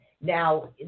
now